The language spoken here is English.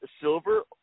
silver